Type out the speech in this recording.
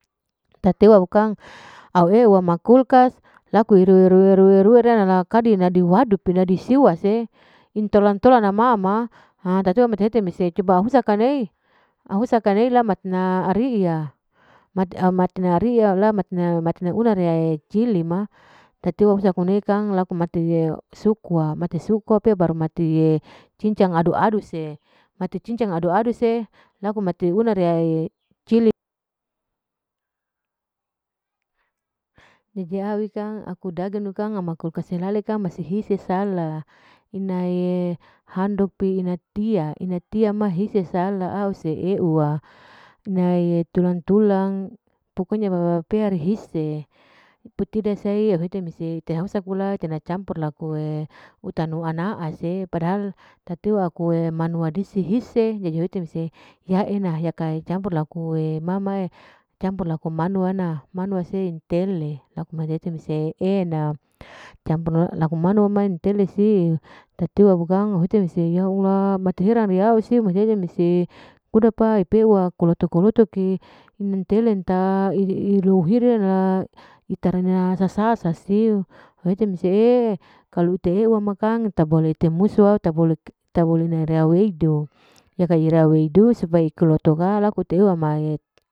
Tatiwa bukang au ew wama kulkas laku irui rui rui rui rana kadinadi wadu pe nadi siwa se, intolan tolan na ma ma ha tatiwa mate hete mese coba hausane la matna ri'a, mat-matna ri'a la matna-matna una ria cili ma, tatiwa husa laku nei kang laku mati suku wa, mate suku wa pea laku mati'e cincang adu2 se, adu-adu se laku mate una riya cili, jadi awi kang aku dagang kang ami kulkas helale sehise sala, ina'e handuk pi ina tia, ina tia ma hise sala ause eua, ina'e tolan-tola pokonya wapea rehise, putida se au hete mese tehusa pula itena campur laku utanu na'a se padahal tatiwa ku'e manua dise hise jadi au hete mese ya e'ena, yaka campur'e laku'e ma ma campur laku manuawa ana campur intele se laku mane hete mese e'ena, campur laku mantele siu tatiwa bukang au hete mese ya allah, matheran siu mathete siu, kuda pa peupa kuloto-kuloto pi intele ta, iru iru hir ina ita rana sasa sasiu, au hete mese'ee kalu ute eu wamakang tak bole tenusu nerau hido, yaka irau'ea hido spaya kloto ma laku teiu ma'e.